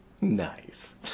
Nice